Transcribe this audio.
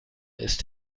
ist